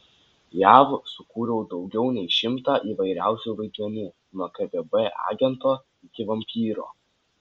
jav sukūriau daugiau nei šimtą įvairiausių vaidmenų nuo kgb agento iki vampyro